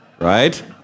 right